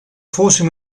forcing